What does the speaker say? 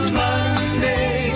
monday